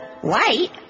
white